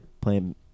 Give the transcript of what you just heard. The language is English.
playing